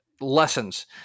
lessons